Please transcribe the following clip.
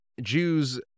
Jews